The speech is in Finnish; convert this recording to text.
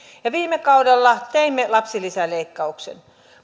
ja viime kaudella teimme lapsilisäleikkauksen